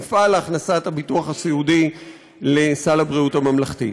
נפעל להכנסת הביטוח הסיעודי לסל הבריאות הממלכתי.